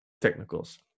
technicals